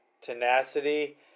tenacity